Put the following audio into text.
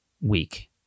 week